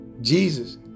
Jesus